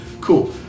cool